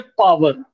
power